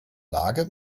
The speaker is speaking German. lage